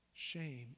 Shame